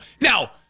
now